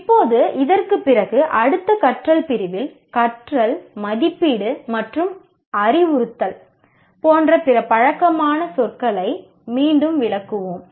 இப்போது இதற்குப் பிறகு அடுத்த கற்றல் பிரிவில் "கற்றல்" "மதிப்பீடு" மற்றும் "அறிவுறுத்தல்" போன்ற பிற பழக்கமான சொற்களை மீண்டும் விளக்குவோம்